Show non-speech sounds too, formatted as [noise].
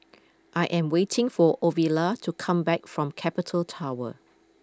[noise] I am waiting for Ovila to come back from Capital Tower